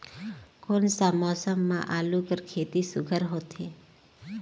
कोन सा मौसम म आलू कर खेती सुघ्घर होथे?